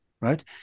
right